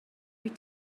wyt